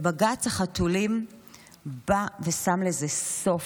ובג"ץ החתולים בא ושם לזה סוף.